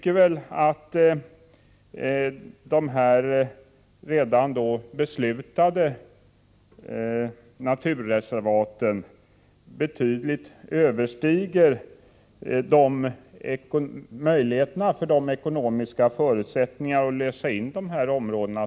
Vi menar att de redan beslutade naturreservaten kostar så mycket att det överstiger de ekonomiska möjligheterna att lösa in nya områden.